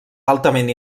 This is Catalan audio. altament